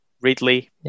Ridley